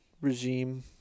regime